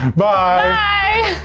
bye!